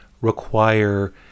require